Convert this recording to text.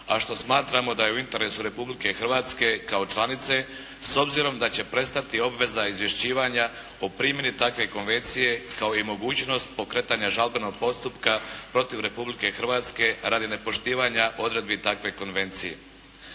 a što smatramo da je u interesu Republike Hrvatske kao članice s obzirom da će prestati obveza izvještavanja o primjeni takve konvencije kao i mogućnosti pokretanja žalbenog postupka protiv Republike Hrvatske radi nepoštivanja odredbi takve konvencije.